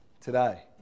today